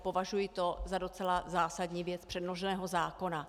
Považuji to za docela zásadní věc předloženého zákona.